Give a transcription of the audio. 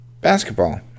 basketball